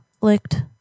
licked